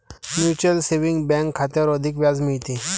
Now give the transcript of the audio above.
mutual saving bank खात्यावर अधिक व्याज मिळते